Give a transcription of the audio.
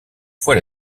fois